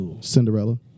Cinderella